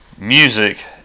music